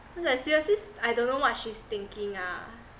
cause like seriously I don't know what she's thinking ah